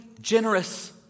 generous